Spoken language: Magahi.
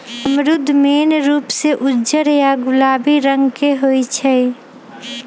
अमरूद मेन रूप से उज्जर या गुलाबी रंग के होई छई